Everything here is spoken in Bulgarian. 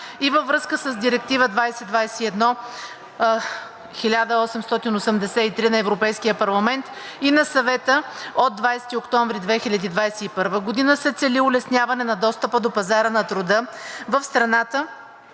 и във връзка с Директива 2021/1883 на Европейския парламент и на Съвета от 20 октомври 2021 г., се цели улесняване на достъпа до пазара на труда в страната